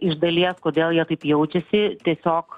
iš dalies kodėl jie taip jaučiasi tiesiog